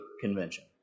convention